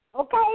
Okay